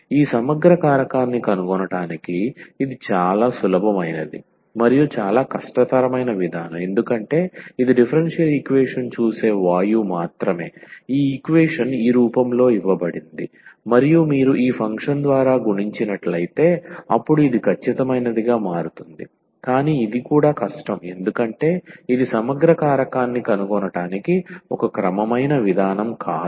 ఈ సమగ్ర కారకాన్ని కనుగొనటానికి ఇది చాలా సులభమైనది మరియు చాలా కష్టతరమైన విధానం ఎందుకంటే ఇది డిఫరెన్షియల్ ఈక్వేషన్ చూసే వాయువు మాత్రమే ఈ ఈక్వేషన్ ఈ రూపంలో ఇవ్వబడింది మరియు మీరు ఈ ఫంక్షన్ ద్వారా గుణించినట్లయితే అప్పుడు ఇది ఖచ్చితమైనదిగా మారుతుంది కానీ ఇది కూడా కష్టం ఎందుకంటే ఇది సమగ్ర కారకాన్ని కనుగొనటానికి ఒక క్రమమైన విధానం కాదు